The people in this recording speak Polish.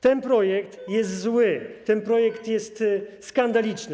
Ten projekt jest zły, ten projekt jest skandaliczny.